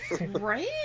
Right